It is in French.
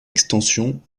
extension